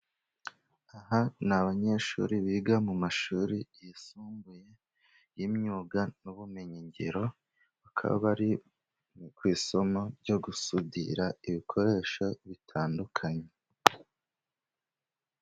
Aha ni abanyeshuri biga mu mashuri yisumbuye, y'imyuga n'ubumenyi ngiro bakaba bari mu isomo ryo gusudira ibikoresho bitandukanye.